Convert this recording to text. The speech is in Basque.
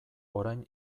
orain